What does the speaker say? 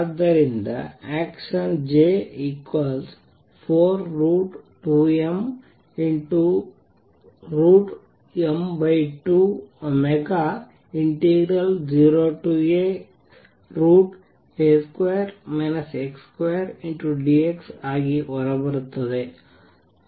ಆದ್ದರಿಂದ action J 42mm20A√dx ಆಗಿ ಹೊರಬರುತ್ತದೆ